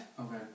Okay